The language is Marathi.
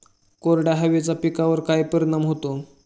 कोरड्या हवेचा पिकावर काय परिणाम होतो?